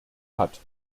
hat